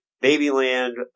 Babyland